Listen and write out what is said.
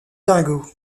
dingo